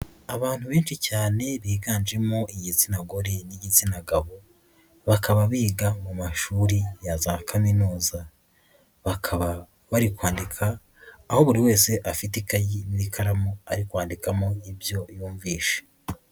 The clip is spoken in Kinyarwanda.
Abantu benshi cyane biganjemo igitsina gore n'igitsina gabo, bakaba biga mu mashuri ya za kaminuza. Bakaba bari kwandika, aho buri wese afite ikayi n'ikaramu ari kwandikamo ibyo yumvishe.